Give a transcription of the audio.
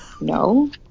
No